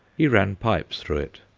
he ran pipes through it,